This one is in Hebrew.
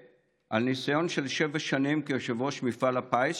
ומניסיון של שבע שנים כיושב-ראש מפעל הפיס,